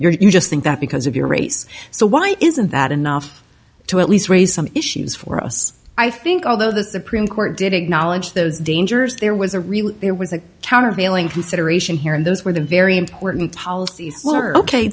you're you just think that because of your race so why isn't that enough to at least raise some issues for us i think although the supreme court did acknowledge those dangers there was a real there was a countervailing consideration here and those were the very important policies were ok